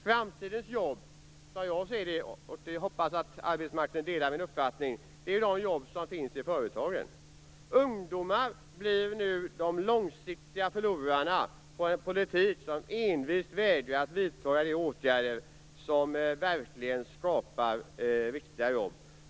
Framtidens jobb som jag ser det, och jag hoppas att arbetsmarknadsministern delar min uppfattning, är de jobb som finns i företagen. Ungdomar blir långsiktigt förlorarna på att man i sin politik envist vägrar att vidta de åtgärder som verkligen skapar riktiga jobb.